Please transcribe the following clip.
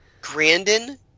Grandin